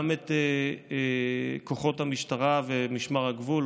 גם את כוחות המשטרה ואת משמר הגבול,